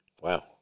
Wow